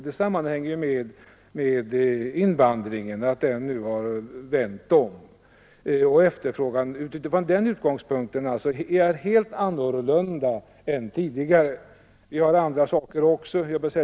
Det sammanhänger bl.a. med att invandringen har vänt om. Efterfrågan utifrån den utgångspunkten är alltså helt annor lunda än tidigare. Det finns andra orsaker också.